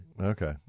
Okay